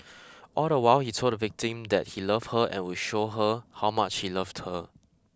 all the while he told the victim that he loved her and would show her how much he loved her